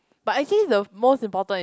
but I say the most important is